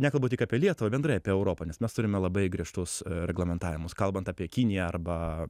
nekalbu tik apie lietuvą bendrai apie europą nes mes turime labai griežtus reglamentavimus kalbant apie kiniją arba